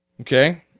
Okay